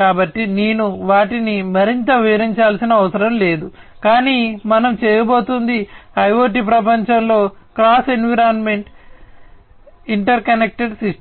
కాబట్టి నేను వాటిని మరింత వివరించాల్సిన అవసరం లేదు కాని మనం చేయబోయేది IIoT ప్రపంచంలో క్రాస్ ఎన్విరాన్మెంట్ ఇంటర్కనెక్టడ్ సిస్టమ్